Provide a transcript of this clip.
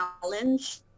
challenge